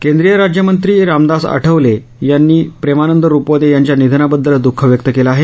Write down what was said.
केंद्रीय राज्यमंत्री रामदास आठवले यांनी प्रेमानंद रुपवते यांच्या निधनाबद्दल दुःख व्यक्त केलं आहे